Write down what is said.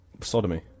Sodomy